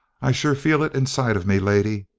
i sure feel it inside of me, lady!